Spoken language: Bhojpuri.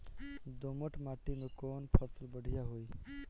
दोमट माटी में कौन फसल बढ़ीया होई?